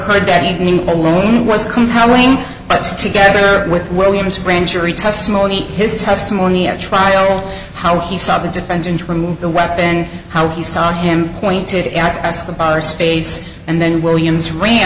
ed that evening alone was compelling let's together with williams grand jury testimony his testimony at trial how he saw the defendant remove the weapon and how he saw him pointed at escobar space and then williams ran